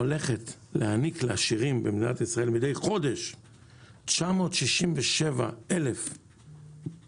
הולכת להעניק לעשירים במדינת ישראל מדי חודש 967,000 לנוער,